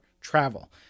travel